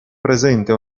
presente